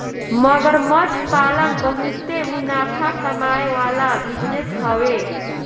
मगरमच्छ पालन बहुते मुनाफा कमाए वाला बिजनेस हवे